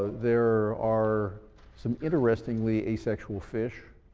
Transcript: there are some interestingly asexual fish.